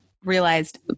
realized